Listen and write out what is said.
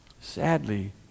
Sadly